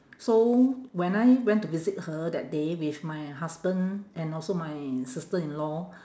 so when I went to visit her that day with my husband and also my sister-in-law